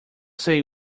say